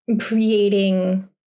creating